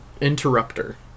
Interrupter